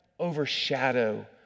overshadow